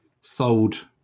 Sold